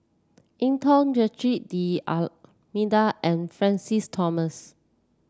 Eng Tow Joaquim D'Almeida and Francis Thomas